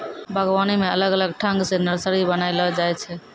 बागवानी मे अलग अलग ठंग से नर्सरी बनाइलो जाय छै